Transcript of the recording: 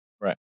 Right